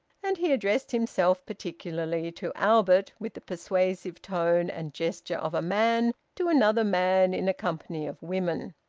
and he addressed himself particularly to albert, with the persuasive tone and gesture of a man to another man in a company of women